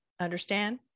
Understand